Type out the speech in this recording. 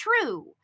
true